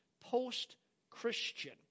post-Christian